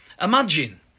Imagine